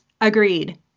agreed